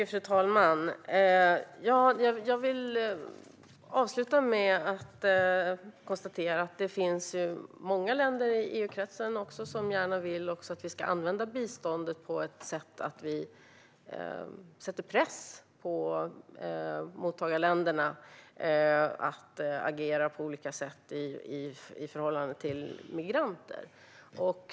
Fru talman! Jag vill avsluta med att konstatera att det finns många länder i EU-kretsen som gärna vill att vi ska använda biståndet på ett sådant sätt att vi sätter press på mottagarländerna att agera på olika sätt i förhållande till migranter.